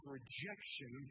rejection